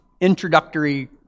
introductory